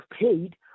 paid